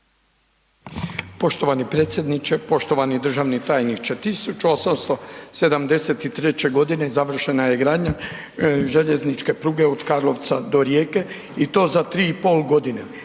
Poštovani predsjedniče, poštovani državni tajniče, 1873. g. završena je gradnja željezničke pruge od Karlovca do Rijeke i to za 3,5 g.